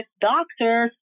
doctors